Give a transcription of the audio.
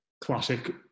classic